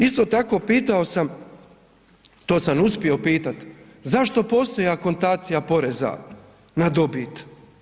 Isto tako, pitao sam, to sam uspio pitati, zašto postoji akontacija poreza na dobit?